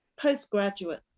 postgraduate